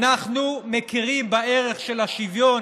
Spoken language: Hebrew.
אנחנו מכירים בערך של השוויון